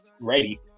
ready